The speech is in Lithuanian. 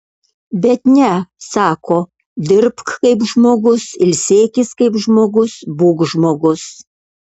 bet ne sako dirbk kaip žmogus ilsėkis kaip žmogus būk žmogus